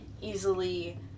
easily